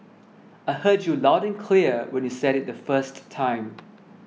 I heard you loud and clear when you said it the first time